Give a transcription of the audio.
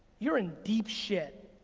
you're in deep shit,